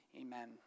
amen